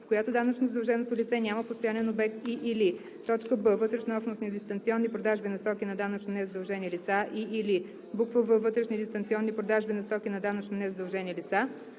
в която данъчно задълженото лице няма постоянен обект, и/или б) вътреобщностни дистанционни продажби на стоки на данъчно незадължени лица, и/или в) вътрешни дистанционни продажби на стоки на данъчно незадължени лица;